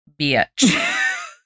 bitch